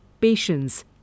patience